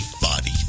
Body